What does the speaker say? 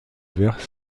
vers